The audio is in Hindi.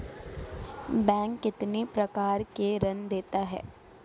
बैंक कितने प्रकार के ऋण देता है?